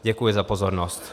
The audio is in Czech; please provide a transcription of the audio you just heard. Děkuji za pozornost.